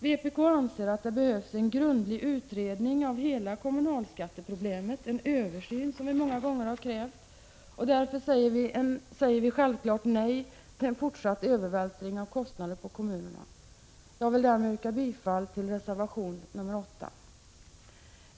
Vpk anser att det behövs en grundlig utredning av hela kommunalskatteproblemet och en översyn som vi många gånger har krävt. Därför säger vi självklart nej till fortsatt övervältring av kostnader på kommunerna. Därmed yrkar jag bifall till reservation 8.